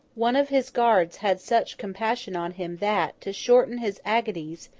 one of his guards had such compassion on him that, to shorten his agonies,